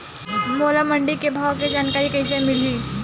मोला मंडी के भाव के जानकारी कइसे मिलही?